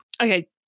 Okay